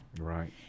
Right